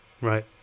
right